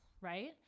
right